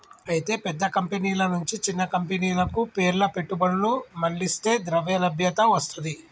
అయితే పెద్ద కంపెనీల నుంచి చిన్న కంపెనీలకు పేర్ల పెట్టుబడులు మర్లిస్తే ద్రవ్యలభ్యత వస్తది